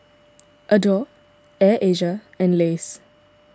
Adore Air Asia and Lays